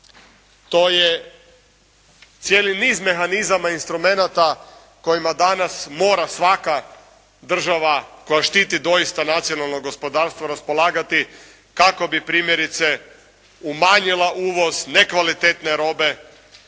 to je cijeli niz mehanizama i instrumenata kojima danas mora svaka država koja štiti doista nacionalno gospodarstvo raspolagati kako bi primjerice umanjila uvoz nekvalitetne robe.